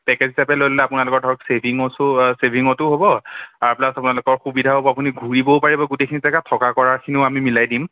package হিচাপে লৈ ল'লে আপোনালোকৰ ধৰক ছেভিংচো ছেভিংতো হ'ব আৰু প্লাছ আপোনালোকৰ সুবিধাও হ'ব আপুনি ঘূৰিবও পাৰিব গোটেইখিনি জেগা থকা কৰা খিনিও আমি মিলাই দিম